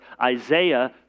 isaiah